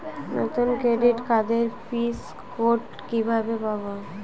নতুন ক্রেডিট কার্ডের pin code কিভাবে পাব?